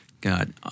God